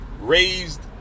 raised